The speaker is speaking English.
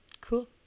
Cool